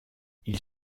ils